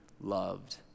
loved